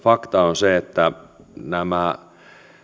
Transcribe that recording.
fakta on se että nämä